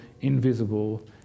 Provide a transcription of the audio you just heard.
invisible